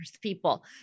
people